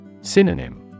Synonym